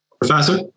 Professor